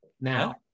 Now